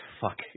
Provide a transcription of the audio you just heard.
fuck